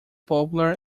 popular